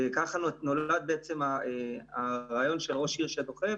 כך נולד הרעיון של ראש עיר שדוחף